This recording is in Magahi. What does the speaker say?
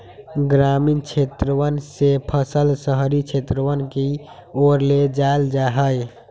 ग्रामीण क्षेत्रवन से फसल शहरी क्षेत्रवन के ओर ले जाल जाहई